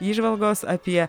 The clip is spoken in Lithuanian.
įžvalgos apie